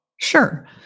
Sure